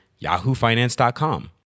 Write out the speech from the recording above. yahoofinance.com